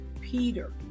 Peter